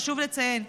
חשוב לציין,